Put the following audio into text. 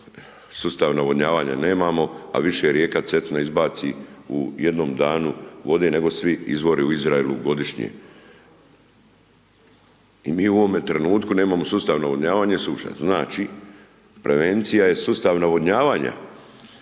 sustav navodnjavanja nemamo, a više rijeka Cetina izbaci u jednom danu vode, nego svi izvori u Izraelu godišnje. I mi u ovom trenutku nemamo sustavno navodnjavanje, suša je. Znači, prevencija je sustav navodnjavanja,